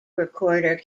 recorder